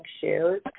shoes